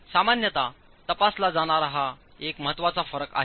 सामान्यत तपासला जाणारा हा एक महत्त्वाचा फरक आहे